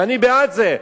ואני בעד זה,